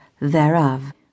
thereof